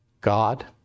God